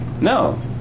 No